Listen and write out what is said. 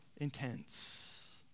intense